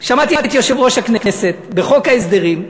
שמעתי את יושב-ראש הכנסת בחוק ההסדרים,